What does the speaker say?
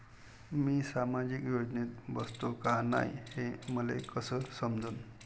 मी सामाजिक योजनेत बसतो का नाय, हे मले कस समजन?